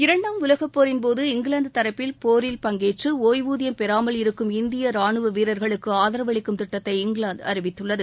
இரண்டாம் உலகப்போரின்போது இங்கிலாந்து தரப்பில் போரில் பங்கேற்று ஓய்வூதியம் பெறாமல் இருக்கும் இந்திய ராணுவ வீரர்களுக்கு ஆதரவளிக்கும் திட்டத்தை இங்கிலாந்து அறிவித்துள்ளது